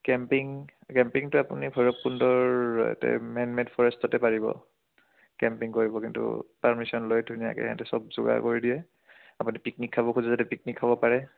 camping কেম্পিংটো আপুনি ভৈৰৱকুণ্ডৰ ইয়াতে মেন মেড ফৰেষ্টতে পাৰিব কেম্পিং কৰিব কিন্তু পাৰ্মিছন লৈ ধুনীয়াকৈ সিহঁতে চব যোগাৰ কৰি দিয়ে আপুনি পিকনিক খাব খোজে যাতে পিকনিক খাব পাৰে